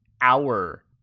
hour